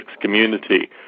community